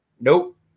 Nope